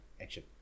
action